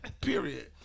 Period